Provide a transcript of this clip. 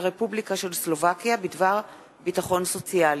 הרפובליקה של סלובקיה בדבר ביטחון סוציאלי.